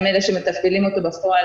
הם אלה שמתפעלים אותו בפועל,